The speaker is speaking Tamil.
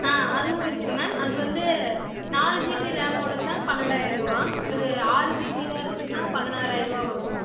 ஆ அதுவும் இருக்குது மேம் அது வந்து நாலு ஜிபி ரேம்மோடுத்தான் பன்னெண்டாயிருபா அது ஆறு ஜிபிதான் இருந்துச்சினா பதினாறாயிருபா வரும்